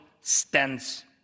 stands